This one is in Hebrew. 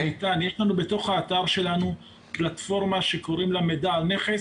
יש לנו בתוך האתר פלטפורמה שקוראים לה 'מידע על נכס'